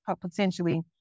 potentially